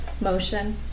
motion